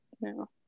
No